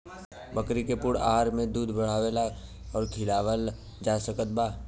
बकरी के पूर्ण आहार में दूध बढ़ावेला का खिआवल जा सकत बा?